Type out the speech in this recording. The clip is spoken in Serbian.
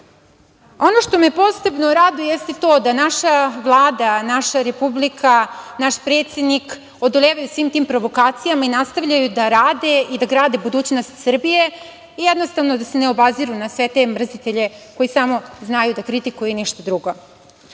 što me posebno raduje, jeste to da naša Vlada, naša republika, naš predsednik odolevaju svim tim provokacijama, i nastavljaju da rade i da grade budućnost Srbije, i jednostavno da se ne obaziru na sve te mrzitelje, koji samo znaju da kritikuju i ništa drugo. Kao